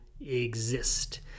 exist